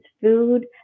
food